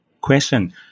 question